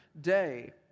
day